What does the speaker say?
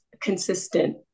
consistent